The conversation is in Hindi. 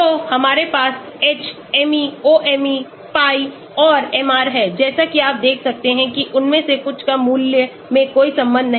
तो हमारे पास H Me OMe Pi और MR हैं जैसा कि आप देख सकते हैं कि उनमें से कुछ का मूल्यों में कोई संबंध नहीं है